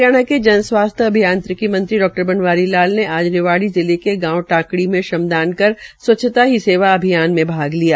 हरियाणा के जनस्वास्थ्य अभियांत्रिकी मंत्री डा बववारी लाल ने आज रिवाड़ी जिले के गांव टांकड़ी में श्रम कर स्वच्छता ही सेवा अभियान में भाग लिया